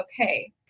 okay